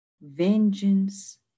vengeance